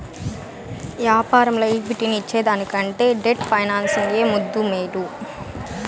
యాపారంల ఈక్విటీని ఇచ్చేదానికంటే డెట్ ఫైనాన్సింగ్ ఏ ముద్దూ, మేలు